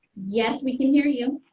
yes we can hear you.